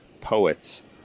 poets